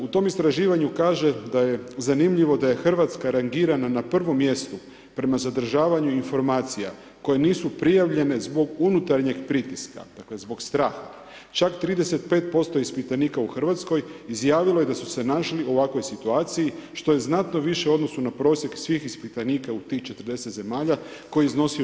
U tom istraživanju kaže da je zanimljivo da je Hrvatska rangirana na prvom mjestu prema zadržavanju informacija koje nisu prijavljene zbog unutarnje pritiska, dakle zbog straha, čak 35% ispitanika u Hrvatskoj izjavilo je da su se naši u ovakvoj situaciji što je znatno više u odnosu na prosjek svih ispitanika u tih 40 zemalja koji je iznosio 14%